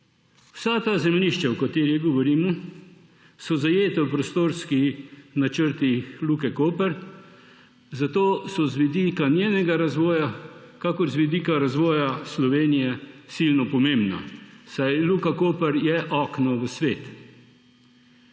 Vsa ta zemljišča, o katerih govorimo, so zajeta v prostorskih načrtih Luke Koper, zato so tako z vidika njenega razvoja kakor z vidika razvoja Slovenije silno pomembna, saj Luka Koper je okno v svet.